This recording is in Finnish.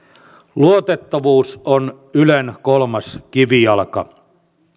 luotettavuus on ylen kolmas kivijalka